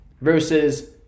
versus